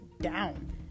down